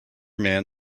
man